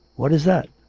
what is that?